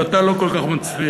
אבל אתה לא כל כך מצליח,